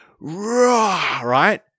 right